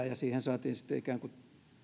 ja siihen saatiin sitten ikään kuin